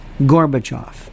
Gorbachev